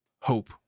hope